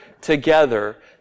together